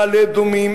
מעלה-אדומים,